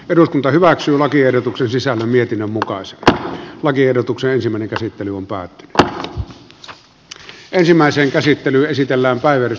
eduskunta hyväksyy lakiehdotuksen sisällä mietinnön ei nyt dramaattisesti huononna mutta jonkun verran huonontaa kuitenkin